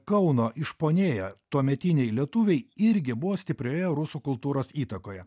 kauno išponėję tuometiniai lietuviai irgi buvo stiprioje rusų kultūros įtakoje